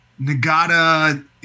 Nagata